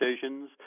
decisions